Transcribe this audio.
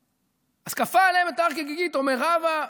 אז "כפה עליהם הר כגיגית" אומר רבא,